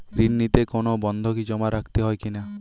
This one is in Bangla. ঋণ নিতে কোনো বন্ধকি জমা রাখতে হয় কিনা?